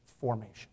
formation